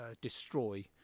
destroy